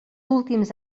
últims